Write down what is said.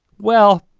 well,